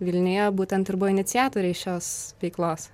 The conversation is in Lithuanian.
vilniuje būtent ir buvo iniciatoriai šios veiklos